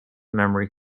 memory